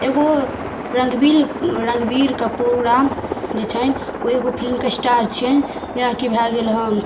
एगो रणवीर रणवीर कपूर जे छनि ओ एगो फिल्मके स्टार छियनि जेनाकी भए गेल हँ